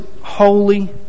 holy